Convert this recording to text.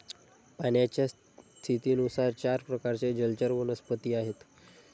पाण्याच्या स्थितीनुसार चार प्रकारचे जलचर वनस्पती आहेत